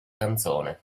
canzone